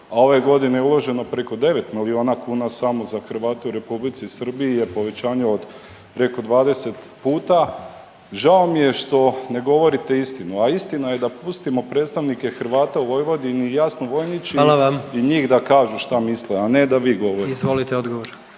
a ove godine je uloženo preko 9 milijuna kuna samo za Hrvate u Republici Srbiji je povećanje od preko 20%. Žao mi je što ne govorite istinu, a istina je da pustimo predstavnike Hrvata u Vojvodini i jasno ... /ne razumije se/ … i njih da kažu što misle, a ne da vi govorite. **Jandroković,